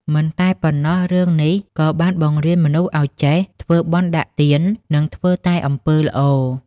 មិនតែប៉ុណ្ណោះរឿងនេះក៏បានបង្រៀនមនុស្សឲ្យចេះ ធ្វើបុណ្យដាក់ទាន និងធ្វើតែអំពើល្អ។